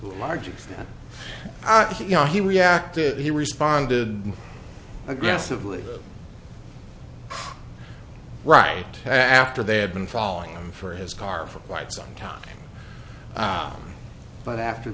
large extent i think you know he reacted he responded aggressively right after they had been following him for his car for quite some time but after